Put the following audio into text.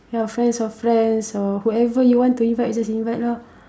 ya friends of friends so whoever you want to invite just invite lah